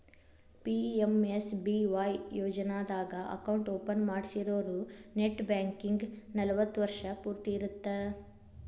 PMSBY ಯೋಜನಾದಾಗ account open ಮಾಡ್ಸಿರೋರು net banking ಸವಲತ್ತು ವರ್ಷ್ ಪೂರ್ತಿ ಇರತ್ತ